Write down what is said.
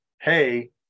hey